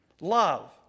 Love